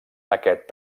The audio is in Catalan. aquest